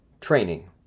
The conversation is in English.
Training